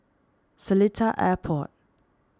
Seletar Airport